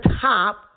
top